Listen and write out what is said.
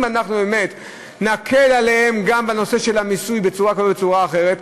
אם אנחנו באמת נקל עליהם גם בנושא המיסוי בצורה כזאת או בצורה אחרת,